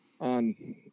on